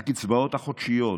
הקצבאות החודשיות,